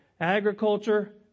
agriculture